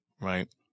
right